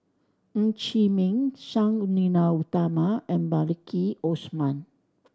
Ng Chee Meng Sang Nila Utama and Maliki Osman